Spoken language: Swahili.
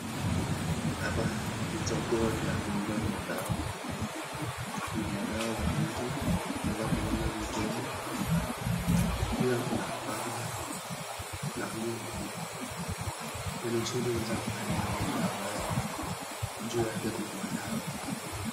Hapa ni soko la kuuza madawa, kuna madawa za miti za mikebe pia kuna panga na nguo kwenye usuri unaweza kuangalia meza ambayo juu yake kuna madawa.